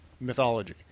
mythology